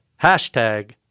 Hashtag